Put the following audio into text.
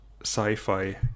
sci-fi